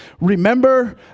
remember